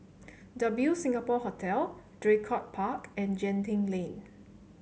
W Singapore Hotel Draycott Park and Genting Lane